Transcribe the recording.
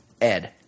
Ed